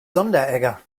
sonderegger